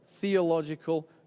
Theological